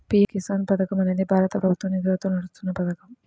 PM Kisan పథకం అనేది భారత ప్రభుత్వ నిధులతో నడుస్తున్న పథకం